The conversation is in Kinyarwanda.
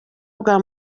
bwa